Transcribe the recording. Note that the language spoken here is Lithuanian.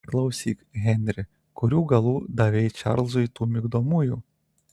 klausyk henri kurių galų davei čarlzui tų migdomųjų